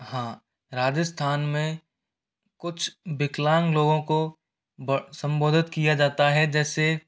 हाँ राजस्थान में कुछ विकलांग लोगों को संबोधित किया जाता है जैसे